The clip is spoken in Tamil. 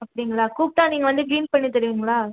அப்படிங்ளா கூப்பிட்டா நீங்கள் வந்து க்ளீன் பண்ணி தருவீங்களா